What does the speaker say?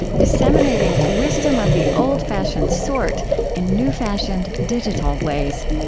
disseminating wisdom of the old-fashioned sort in new-fashioned digital ways.